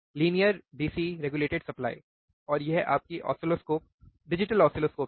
linear DC नियामक supply और यह आपकी ओसिलोस्कोप डिजिटल ओसिलोस्कोप है